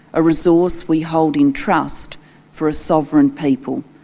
a resource we hold in trust for a sovereign people.